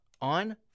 on